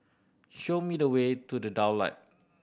show me the way to The Daulat